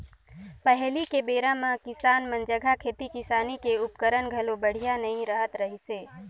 पहिली के बेरा म किसान मन जघा खेती किसानी के उपकरन घलो बड़िहा नइ रहत रहिसे